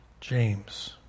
James